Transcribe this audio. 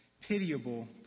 pitiable